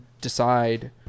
decide